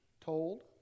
told